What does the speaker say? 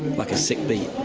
like a sick beat.